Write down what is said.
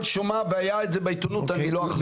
שומעיה והיה את זה בעיתונאות אני לא אחזור.